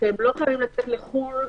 חייב לצאת לחו"ל,